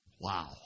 Wow